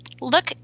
look